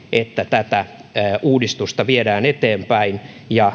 tätä uudistusta viedään eteenpäin ja